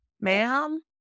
ma'am